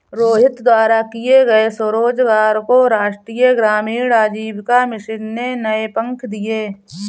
रोहित द्वारा किए गए स्वरोजगार को राष्ट्रीय ग्रामीण आजीविका मिशन ने नए पंख दिए